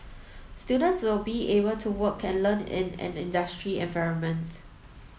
students will be able to work and learn in an industry environment